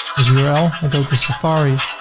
this url, i go to safari,